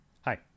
Hi